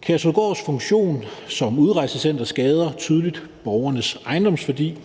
Kærshovedgårds funktion som udrejsecenter skader tydeligt ejendomsværdien